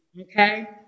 okay